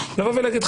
לבוא ולהגיד,